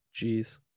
Jeez